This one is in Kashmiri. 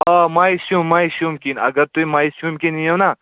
آ مایسیٛوٗم مایسیٛوٗم کِنۍ اَگر تُہۍ مایسیٛوٗم کِنۍ یِیو نا